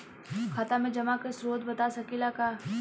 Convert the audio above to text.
खाता में जमा के स्रोत बता सकी ला का?